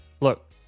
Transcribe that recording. Look